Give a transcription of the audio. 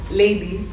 lady